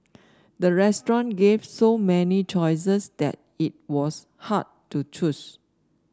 the restaurant gave so many choices that it was hard to choose